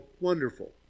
Wonderful